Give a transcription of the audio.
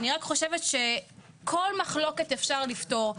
כל מחלוקת אפשר לפתור,